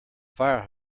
fire